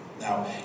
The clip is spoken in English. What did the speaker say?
Now